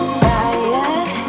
fire